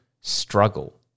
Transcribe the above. struggle